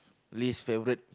least favourite